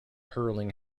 hurling